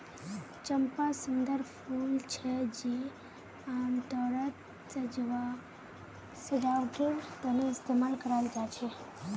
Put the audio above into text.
चंपा सुंदर फूल छे जे आमतौरत सजावटेर तने इस्तेमाल कराल जा छे